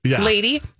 lady